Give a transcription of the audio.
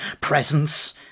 presents